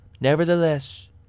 Nevertheless